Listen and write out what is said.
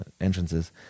entrances